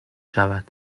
شود